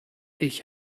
ich